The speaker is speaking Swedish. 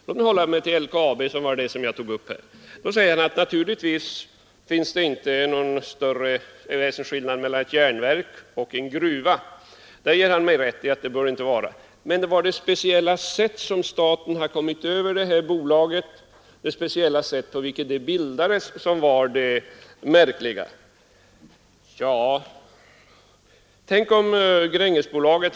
I fråga om LKAB, som jag tog upp i mitt anförande, säger herr Regnéll att det inte är någon väsensskillnad mellan ett järnverk och en gruva — på den punkten ger herr Regnéll mig rätt. Men det märkliga var enligt herr Regnéll det speciella sätt på vilket staten kommit över detta bolag.